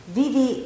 vivi